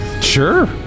Sure